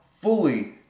fully